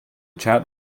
chat